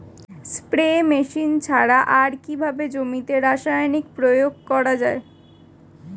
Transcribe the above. Spray machine ছাড়া আর কিভাবে জমিতে রাসায়নিক প্রয়োগ করা যায়?